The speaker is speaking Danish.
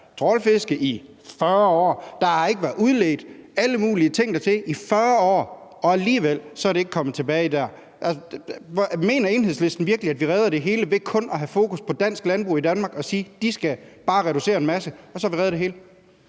trawlfisket i 40 år, der har ikke været udledt alle mulige ting dertil i 40 år, og alligevel er det ikke kommet tilbage dér. Mener Enhedslisten virkelig, at vi redder det hele ved kun at have fokus på dansk landbrug i Danmark og sige, at de bare skal reducere en masse, og at så har vi reddet det hele?